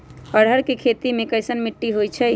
अरहर के खेती मे कैसन मिट्टी होइ?